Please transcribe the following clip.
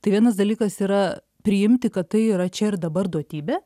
tai vienas dalykas yra priimti kad tai yra čia ir dabar duotybė